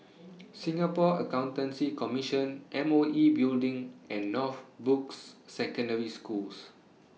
Singapore Accountancy Commission M O E Building and Northbrooks Secondary Schools